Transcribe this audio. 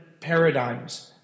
paradigms